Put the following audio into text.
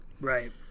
Right